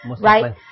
right